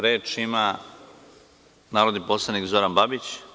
Reč ima narodni poslanik Zoran Babić.